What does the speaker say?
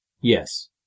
Yes